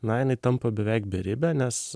na jinai tampa beveik beribė nes